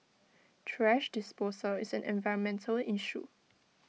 thrash disposal is an environmental issue